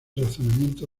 razonamiento